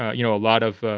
you know, a lot of,